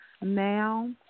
now